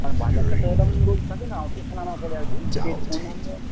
আমার বাজারটা তো এরম রোজ থাকে না ওঠা নামা করে আর কি সেহেতু অন্যান্য